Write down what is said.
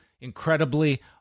incredibly